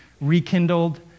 rekindled